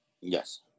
yes